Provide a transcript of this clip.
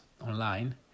online